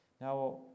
Now